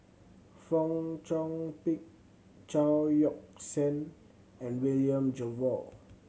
Fong Chong Pik Chao Yoke San and William Jervo